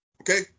okay